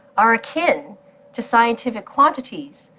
are akin to scientific quantities,